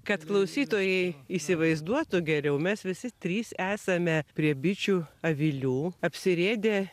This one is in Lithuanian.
kad klausytojai įsivaizduotų geriau mes visi trys esame prie bičių avilių apsirėdę